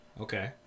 Okay